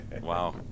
Wow